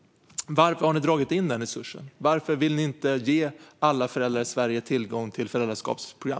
Varför har ni dragit in den resursen? Varför vill ni inte ge alla föräldrar i Sverige tillgång till föräldrastödsprogram?